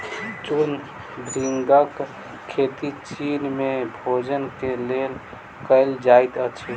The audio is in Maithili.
चूर्ण भृंगक खेती चीन में भोजन के लेल कयल जाइत अछि